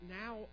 now